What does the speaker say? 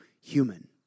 human